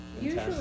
Usually